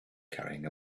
carrying